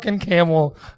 camel